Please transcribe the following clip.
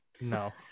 No